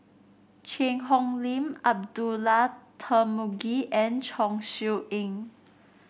Cheang Hong Lim Abdullah Tarmugi and Chong Siew Ying